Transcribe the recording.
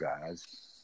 guys